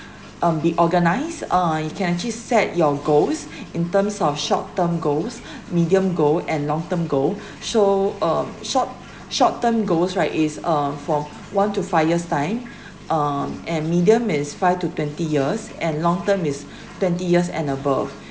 um be organized uh you can actually set your goals in terms of short term goals medium goal and long term goal so um short short term goals right is uh from one to five years time um and medium is five to twenty years and long term is twenty years and above